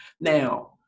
now